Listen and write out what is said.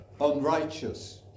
unrighteous